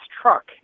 truck